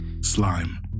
Slime